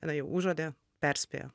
jinai jau užuodė perspėjo